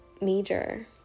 major